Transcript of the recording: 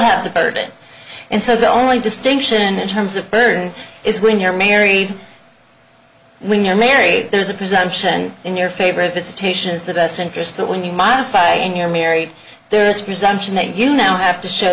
have the burden and so the only distinction in terms of burden is when you're married when you're married there's a presumption in your favor visitation is the best interest that when you modify and you're married there is presumption that you now have to show